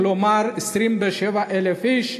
כלומר 27,000 איש,